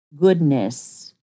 goodness